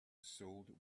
sold